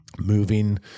Moving